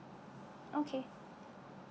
okay